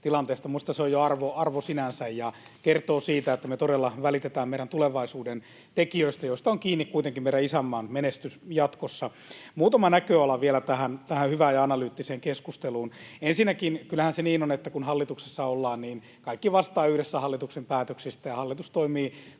tilanteesta. Minusta se on jo arvo sinänsä ja kertoo siitä, että me todella välitetään meidän tulevaisuuden tekijöistä, joista on kiinni kuitenkin meidän isänmaamme menestys jatkossa. Muutama näköala vielä tähän hyvään ja analyyttiseen keskusteluun. Ensinnäkin kyllähän se niin on, että kun hallituksessa ollaan, niin kaikki vastaavat yhdessä hallituksen päätöksistä ja hallitus toimii